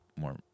more